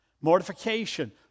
mortification